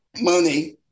money